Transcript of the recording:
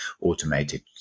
automated